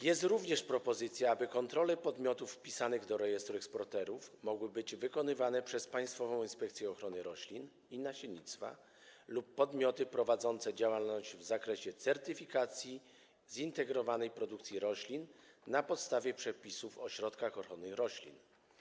Jest również propozycja, aby kontrole podmiotów wpisanych do rejestru eksporterów mogły być dokonywane przez Państwową Inspekcję Ochrony Roślin i Nasiennictwa lub podmioty prowadzące działalność w zakresie certyfikacji w integrowanej produkcji roślin na podstawie przepisów o środkach ochrony roślin.